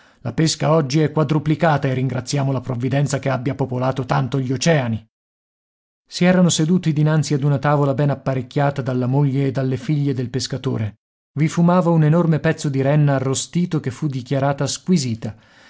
la pesca oggi è quadruplicata e ringraziamo la provvidenza che abbia popolato tanto gli oceani si erano seduti dinanzi ad una tavola ben apparecchiata dalla moglie e dalle figlie del pescatore i fumava un enorme pezzo di renna arrostito che fu dichiarata squisita